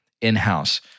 in-house